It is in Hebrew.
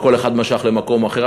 שכל אחד משך למקום אחר.